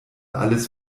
alles